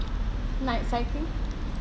night cycling